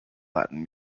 latin